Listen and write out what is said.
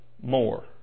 more